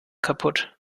kaputt